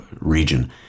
region